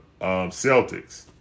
Celtics